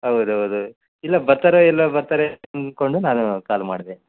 ಹೌದ್ ಹೌದ್ ಹೌದ್ ಇಲ್ಲ ಬರ್ತಾರೋ ಇಲ್ವೋ ಬರ್ತಾರೋ ಅಂದ್ಕೊಂಡು ನಾನು ಕಾಲ್ ಮಾಡಿದೆ